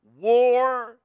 war